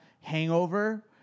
hangover